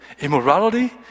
immorality